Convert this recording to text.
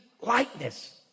likeness